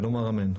ונאמר אמן.